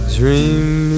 dream